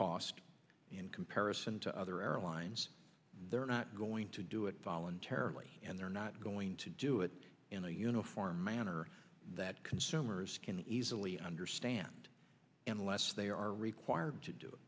cost in comparison to other airlines they're not going to do it voluntarily and they're not going to do it in a uniform manner that consumers can easily understand unless they are required to